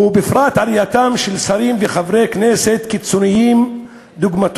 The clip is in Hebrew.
ובפרט עלייתם של שרים וחברי כנסת קיצונים, דוגמת